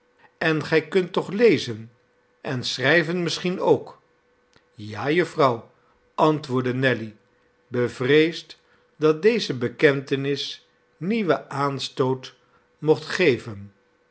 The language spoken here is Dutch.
en gij kunt toch lezen en schrijven misschien ook ja jufvrouw antwoordde nelly bevreesd dat deze bekentenis nieuwen aanstoot mocht geven